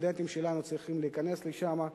הסטודנטים שלנו צריכים להיכנס לשם,